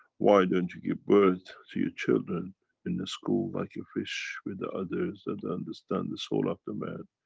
why don't you give birth to your children in the school, like a fish, with the others, that understand the soul of the man?